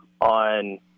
on